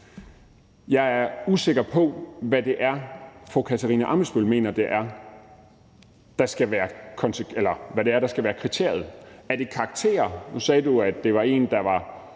jeg er usikker på, hvad det er, fru Katarina Ammitzbøll mener der skal være kriteriet. Er det karakterer? Nu sagde du, at det var en, der var